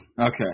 Okay